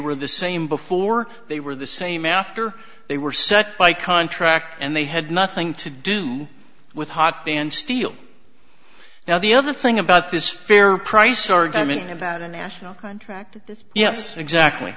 were the same before they were the same after they were such by contract and they had nothing to do with hot band steel now the other thing about this fair price argument about a national contract is yes exactly